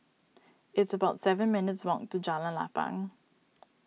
it's about seven minutes' walk to Jalan Lapang